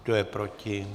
Kdo je proti?